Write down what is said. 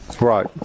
right